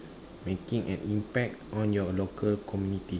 making an impact on your local community